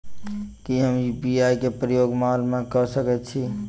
की हम यु.पी.आई केँ प्रयोग माल मै कऽ सकैत छी?